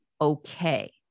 okay